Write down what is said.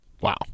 Wow